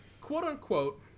quote-unquote